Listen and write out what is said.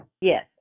Yes